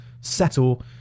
settle